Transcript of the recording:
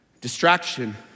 Distraction